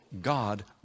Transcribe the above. God